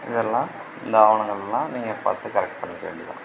இதெல்லாம் இந்த ஆவணங்கள்லாம் நீங்கள் பார்த்து கரெக்ட் பண்ணிக்க வேண்டிதான்